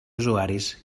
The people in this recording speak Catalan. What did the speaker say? usuaris